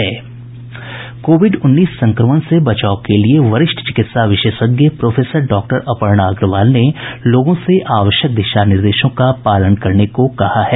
Covid उन्नीस संक्रमण से बचाव के लिए वरिष्ठ चिकित्सा विशेषज्ञ प्रोफेसर डॉक्टर अपर्णा अग्रवाल ने लोगों से आवश्यक दिशा निर्देशों का पालन करने को कहा है